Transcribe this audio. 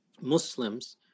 Muslims